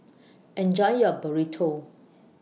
Enjoy your Burrito